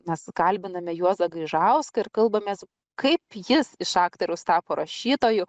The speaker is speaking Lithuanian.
mes kalbiname juozą gaižauską ir kalbamės kaip jis iš aktoriaus tapo rašytoju